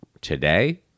today